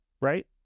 Right